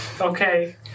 Okay